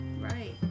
Right